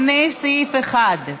קודם כול, לפני סעיף 1,